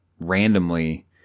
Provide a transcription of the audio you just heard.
randomly